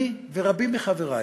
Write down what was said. אני ורבים מחברי